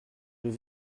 deux